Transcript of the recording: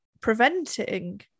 preventing